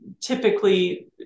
typically